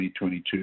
2022